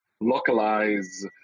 localize